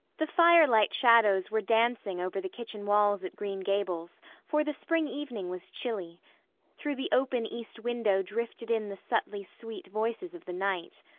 the firelight shadows were dancing over the kitchen walls at green gables, for the spring evening was chilly through the open east window drifted in the subtly sweet voices of the night.